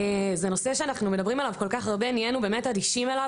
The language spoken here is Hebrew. זה נושא שבאמת נהיינו אדישים אליו.